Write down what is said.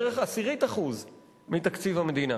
בערך עשירית אחוז מתקציב המדינה.